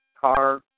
car